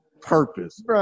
purpose